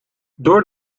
door